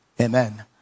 amen